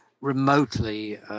remotely